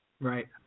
Right